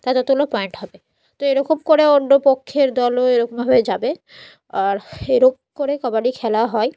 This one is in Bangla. ততোতুলো পয়েন্ট হবে তো এরকম করে অন্য পক্ষের দলও এরকমভাবে যাবে আর এরকম করে কাবাডি খেলা হয়